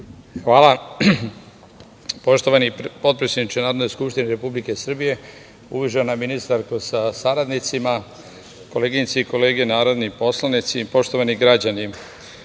Hvala. Poštovani potpredsedniče Narodne skupštine Republike Srbije, uvažena ministarko sa saradnicima, koleginice i kolege narodni poslanici, poštovani građani,